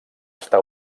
està